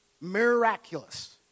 miraculous